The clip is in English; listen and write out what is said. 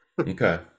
Okay